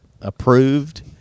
approved